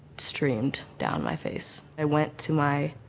streamed down my face. i went to my